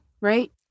right